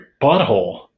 butthole